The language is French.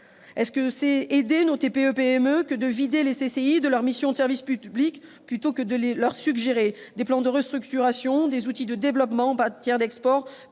Est-ce aider nos TPE et nos PME que de vider les CCI de leur mission de service public plutôt que de leur suggérer des plans de restructuration et des outils de développement en matière d'export,